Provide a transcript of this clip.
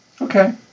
Okay